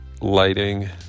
lighting